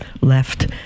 left